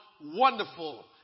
wonderful